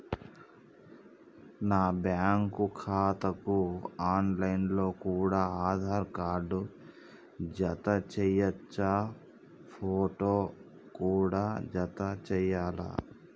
నా బ్యాంకు ఖాతాకు online లో కూడా ఆధార్ కార్డు జత చేయవచ్చా ఫోటో కూడా జత చేయాలా?